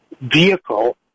vehicle